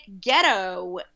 ghetto